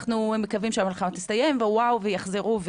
אנחנו מקווים שהמלחמה תסתיים וכולם יחזרו,